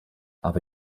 aber